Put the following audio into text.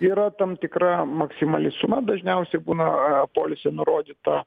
yra tam tikra maksimali suma dažniausiai būna polise nurodyta